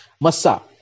Massa